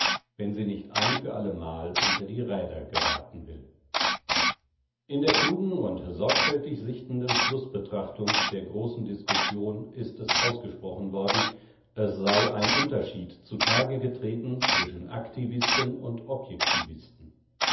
wenn sie nicht ein für allemal unter die räder geraten will in der klugen und sorgfältig sichtenden schlußbetrachtung der großen diskussion ist es ausgesprochen worden es sei ein unterschied zutage getreten zwischen aktivisten und